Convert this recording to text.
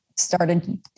started